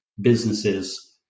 businesses